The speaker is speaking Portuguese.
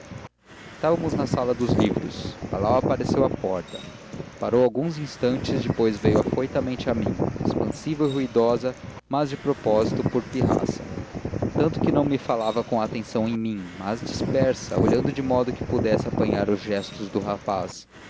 estávamos na sala dos livros lalau apareceu à porta parou alguns instantes depois veio afoutamente a mim expansiva e ruidosa mas de propósito por pirraça verão que não me falava com a atenção em mim mas dispersa e olhando de modo que pudesse apanhar os gestos do rapaz